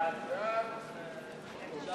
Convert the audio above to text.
הצעת סיעות העבודה מרצ